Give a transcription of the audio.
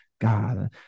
God